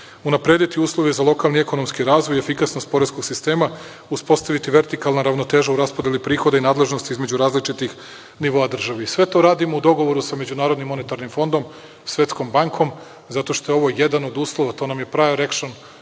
Unaprediti uslove za lokalni i ekonomski razvoj i efikasnost poreskog sistema. Uspostaviti vertikalna ravnoteža u raspodeli prihoda i nadležnosti između različitih nivoa države. Sve to radimo u dogovoru sa MMF, Svetskom bankom, zato što je ovo jedan od uslova. To nam je prior action